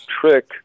trick